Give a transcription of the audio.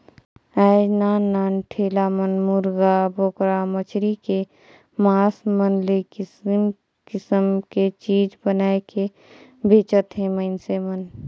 आयज नान नान ठेला मन मुरगा, बोकरा, मछरी के मास मन ले किसम किसम के चीज बनायके बेंचत हे मइनसे मन